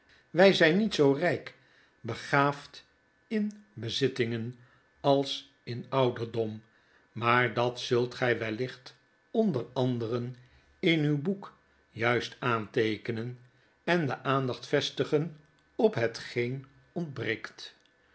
wij zijn niet zoo rijk begaafd in bezittingen als in ouderdom maar dat zult gij wellicht onder anderen in uw boek juist aanteekenen en de aandacht vestigen op hetgeen ontbreekt